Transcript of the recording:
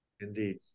Indeed